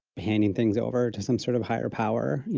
handing things over to some sort of higher power.